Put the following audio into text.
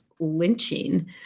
lynching